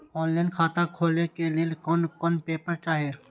Online खाता खोले के लेल कोन कोन पेपर चाही?